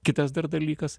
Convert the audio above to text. kitas dar dalykas